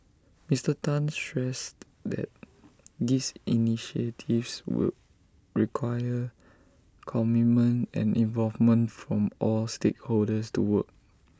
Mister Tan stressed that these initiatives would require commitment and involvement from all stakeholders to work